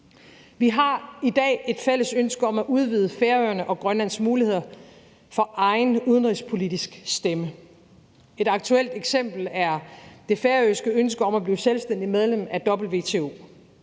Vi har i dag et fælles ønske om at udvide Færøerne og Grønlands muligheder for at få en egen udenrigspolitisk stemme. Et aktuelt eksempel er det færøske ønske om at blive selvstændigt medlem af WTO.